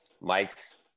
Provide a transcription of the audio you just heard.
Mike's